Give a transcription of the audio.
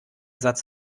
satz